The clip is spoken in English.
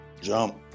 Jump